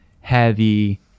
heavy